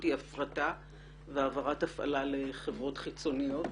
היא הפרטה והעברת ההפעלה לחברות חיצוניות